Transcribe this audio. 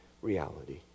Reality